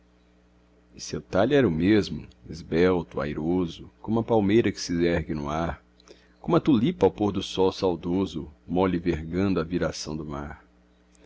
e seu talhe era o mesmo esbelto airoso como a palmeira que se ergue ao ar como a tulipa ao pôr-do-sol saudoso mole vergando à viração do mar